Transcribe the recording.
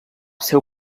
seu